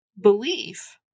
belief